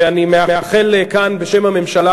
ואני מאחל כאן בשם הממשלה,